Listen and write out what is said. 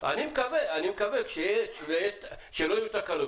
אני מקווה שלא יהיו תקלות.